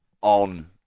on